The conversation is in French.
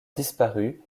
disparu